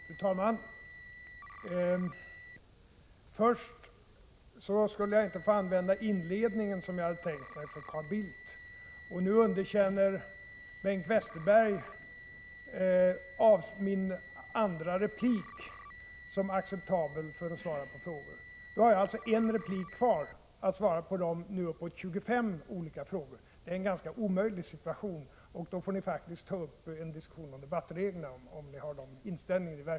Fru talman! Först skulle jag för Carl Bildt inte få använda den inledning jag hade tänkt mig. Nu underkänner Bengt Westerberg min andra replik som varande oacceptabel som svar på frågor. Nu har jag alltså en replik kvar för att svara på de uppemot 25 olika frågor som har ställts till mig. Det är en ganska omöjlig situation. Ni får faktiskt ta upp en diskussion om debattreglerna om ni i verkligheten har denna inställning.